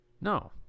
no